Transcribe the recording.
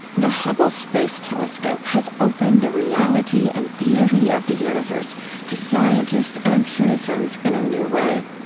the hubble space telescope has opened the reality and beauty of the universe to scientists and citizens in a new way.